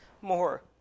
more